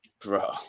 bro